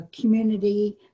community